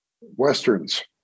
westerns